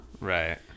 Right